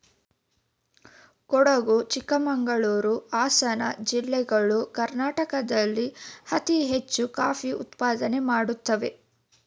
ಕೊಡಗು ಚಿಕ್ಕಮಂಗಳೂರು, ಹಾಸನ ಜಿಲ್ಲೆಗಳು ಕರ್ನಾಟಕದಲ್ಲಿ ಅತಿ ಹೆಚ್ಚು ಕಾಫಿ ಉತ್ಪಾದನೆ ಮಾಡುತ್ತಿವೆ